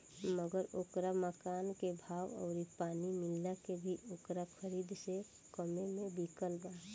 मगर ओकरा मकान के भाव अउरी पानी मिला के भी ओकरा खरीद से कम्मे मे बिकल बा